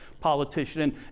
politician